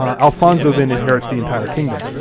um alfonso then inherits the entire kingdom.